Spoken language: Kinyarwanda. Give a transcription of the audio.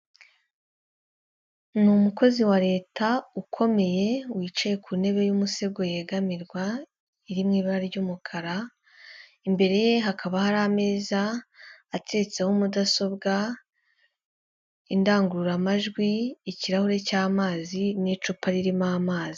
Ni umukozi wa Leta ukomeye, wicaye ku ntebe y'umusego yegamirwa, iri mu ibara ry'umukara, imbere ye hakaba hari ameza ateretseho mudasobwa, indangururamajwi, ikirahure cy'amazi n'icupa ririmo amazi.